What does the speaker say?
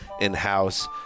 in-house